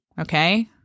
Okay